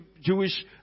jewish